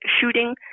shooting